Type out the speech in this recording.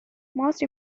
most